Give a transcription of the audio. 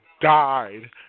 died